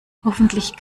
hoffentlich